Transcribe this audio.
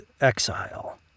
Exile